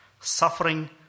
suffering